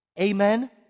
Amen